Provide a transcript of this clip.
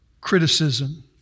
criticism